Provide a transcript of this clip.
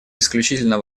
исключительно